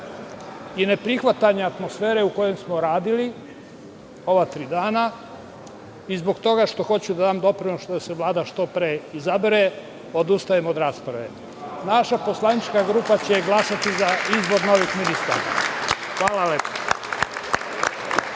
i neprihvatanja atmosfere u kojoj smo radili ova tri dana i zbog toga što hoću da dam doprinos da se Vlada što pre izabere, odustajem od rasprave. Naša poslanička grupa će glasati za izbor novih ministara. Hvala lepo.